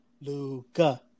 Luca